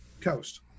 coast